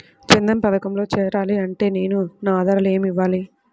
జన్ధన్ పథకంలో చేరాలి అంటే నేను నా ఆధారాలు ఏమి ఇవ్వాలి?